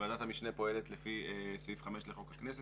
ועדת המשנה פועלת לפי סעיף 5 לחוק הכנסת,